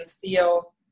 feel